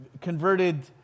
converted